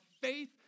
faith